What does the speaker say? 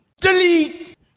Delete